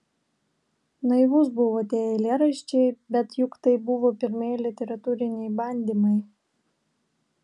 naivūs buvo tie eilėraščiai bet juk tai buvo pirmieji literatūriniai bandymai